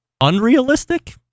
unrealistic